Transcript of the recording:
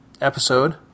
episode